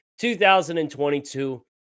2022